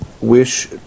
wish